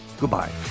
goodbye